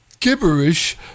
Gibberish